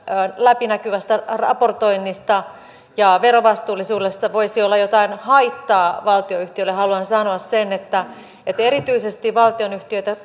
läpinäkyvästä raportoinnista ja verovastuullisuudesta voisi olla jotain haittaa valtionyhtiöille haluan sanoa sen että että erityisesti valtionyhtiöitä